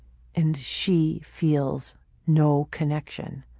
and she feels no connection.